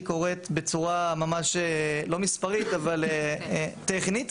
קורית בצורה ממש לא מספרית אבל טכנית,